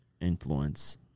influence